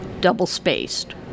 double-spaced